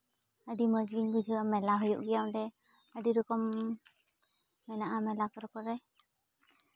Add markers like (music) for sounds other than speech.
ᱟᱹᱰᱤ ᱢᱚᱡᱽ ᱜᱮᱧ ᱵᱩᱡᱷᱟᱹᱣᱟ ᱢᱮᱞᱟ ᱦᱩᱭᱩᱜ ᱜᱮᱭᱟ ᱚᱸᱰᱮ ᱟᱹᱰᱤ ᱨᱚᱠᱚᱢ ᱢᱮᱱᱟᱜᱼᱟ ᱢᱮᱞᱟ ᱠᱚᱨᱮ (unintelligible)